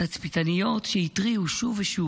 התצפיתניות שהתריעו שוב ושוב